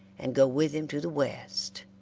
and go with him to the west,